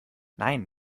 nein